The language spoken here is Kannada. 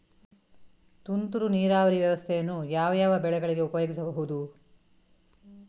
ತುಂತುರು ನೀರಾವರಿ ವ್ಯವಸ್ಥೆಯನ್ನು ಯಾವ್ಯಾವ ಬೆಳೆಗಳಿಗೆ ಉಪಯೋಗಿಸಬಹುದು?